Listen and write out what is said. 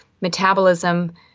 metabolism